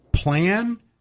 Plan